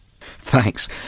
Thanks